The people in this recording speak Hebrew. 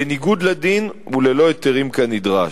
בניגוד לדין וללא היתרים כנדרש.